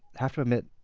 have to admit,